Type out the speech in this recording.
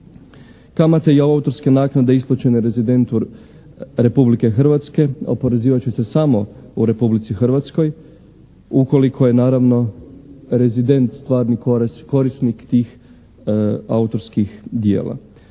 Kamate i autorske naknade isplaćene rezidentu Republike Hrvatske oporezivat će se samo u Republici Hrvatskoj ukoliko je naravno rezident stvarni korisnik tih autorskih djela.